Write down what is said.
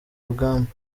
rugamba